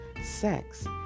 sex